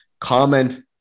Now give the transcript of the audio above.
comment